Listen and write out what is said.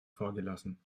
vorgelassen